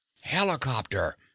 Helicopter